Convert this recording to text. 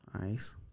Nice